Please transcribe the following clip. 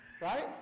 right